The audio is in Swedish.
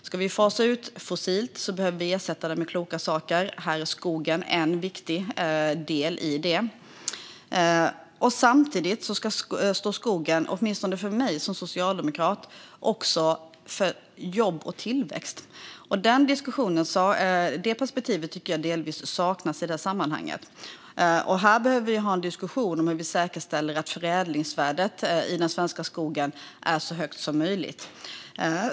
Ska vi fasa ut fossilt behöver vi ersätta det med kloka saker. Här är skogen en viktig del. Samtidigt står skogen, åtminstone för mig som socialdemokrat, också för jobb och tillväxt. Det perspektivet tycker jag delvis saknas i detta sammanhang. Vi behöver ha en diskussion om hur vi säkerställer att förädlingsvärdet i den svenska skogen är så högt som möjligt.